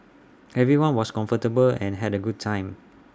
everyone was comfortable and had A good time